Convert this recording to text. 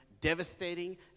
devastating